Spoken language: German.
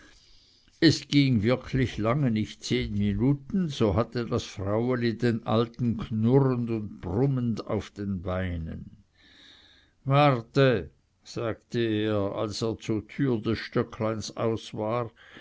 es ging wirklich lange nicht zehn minuten so hatte das fraueli den alten knurrend und brummend auf den beinen warte sagte er als er zur türe des stöckleins aus war